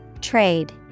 Trade